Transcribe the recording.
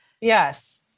yes